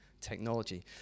technology